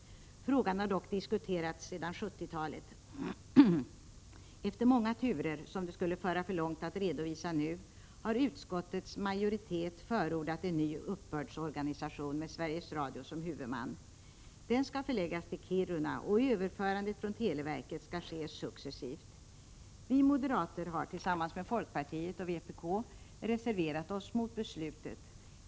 Frågan har dock diskuterats sedan 70-talet. Efter många turer, som det skulle föra för långt att redovisa nu, har utskottets majoritet förordat en ny uppbördsorganisation med Sveriges Radio som huvudman. Den skall förläggas till Kiruna, och överförandet från televerket skall ske successivt. Vi moderater har tillsammans med folkpartiet och vpk reserverat oss mot beslutet.